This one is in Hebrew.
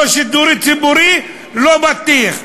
לא שידור ציבורי, לא בטיח.